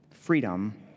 Freedom